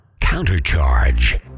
Countercharge